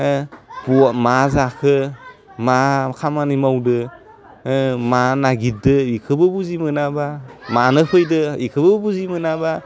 होह फुवा मा जाखो मा खामानि मावदो मा नागिदो इखौबो बुजि मोनाबा मानो फैदो बेखौबो बुजि मोनाबा